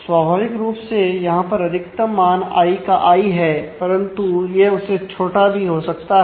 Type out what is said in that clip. स्वाभाविक रूप से यहां पर अधिकतम मान आई है परंतु यह उसे छोटा भी हो सकता है